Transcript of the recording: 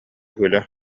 күлэ